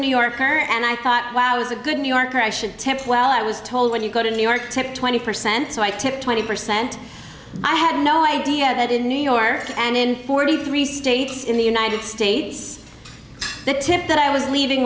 new yorker and i thought wow i was a good new yorker i should temps well i was told when you go to new york twenty percent so i tip twenty percent i had no idea that in new york and in forty three states in the united states the tip that i was leaving